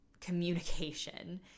communication